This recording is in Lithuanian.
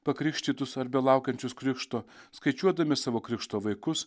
pakrikštytus ar belaukiančius krikšto skaičiuodami savo krikšto vaikus